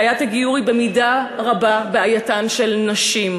בעיית הגיור היא במידה רבה בעייתן של נשים,